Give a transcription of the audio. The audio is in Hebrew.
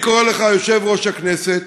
אני קורא לך, יושב-ראש הכנסת,